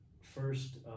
first